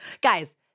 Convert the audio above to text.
Guys